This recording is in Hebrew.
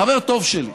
חבר טוב שלי,